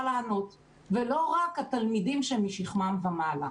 לענות ולא רק התלמידים שהם משכמם ומעלה'.